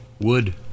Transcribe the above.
Wood